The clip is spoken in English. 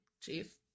Chief